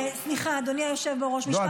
סליחה, אדוני היושב בראש, משפט אחרון.